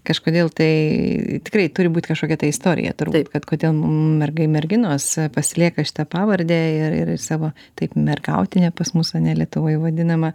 kažkodėl tai tikrai turi būt kažkokia ta istorija turbūt kad kodėl mergai merginos pasilieka šitą pavardę ir ir savo taip mergautinė pas mus ane lietuvoj vadinama